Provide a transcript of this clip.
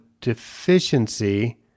deficiency